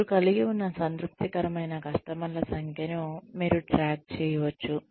మీరు కలిగి ఉన్న సంతృప్తికరమైన కస్టమర్ల సంఖ్యను మీరు ట్రాక్ చేయవచ్చు